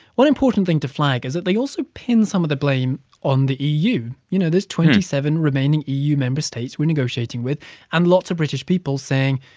one important thing to flag is that they also pin some of the blame on the eu. you know, there's twenty seven remaining eu member states we're negotiating with and lots of british people saying,